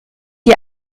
ihr